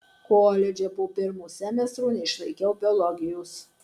koledže po pirmo semestro neišlaikiau biologijos